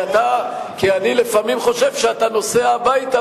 כי אני לפעמים חושב שאתה נוסע הביתה